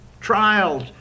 trials